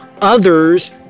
Others